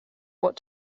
what